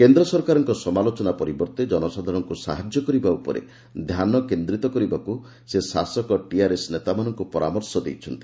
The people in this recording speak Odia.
କେନ୍ଦ୍ରସରକାରଙ୍କ ସମାଲୋଚନା ପରିବର୍ତେ ଜନସାଧାରଣଙ୍କୁ ସାହାଯ୍ୟ କରିବା ଉପରେ ଧ୍ୟାନ କେନ୍ଦ୍ରୀତ କରିବା ଉପରେ ସେ ଶାସକ ଟିଆରଏସ୍ ନେତାମାନଙ୍କୁ ପରାମର୍ଶ ଦେଇଛନ୍ତି